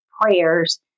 prayers